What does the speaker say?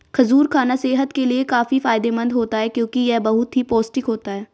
खजूर खाना सेहत के लिए काफी फायदेमंद होता है क्योंकि यह बहुत ही पौष्टिक होता है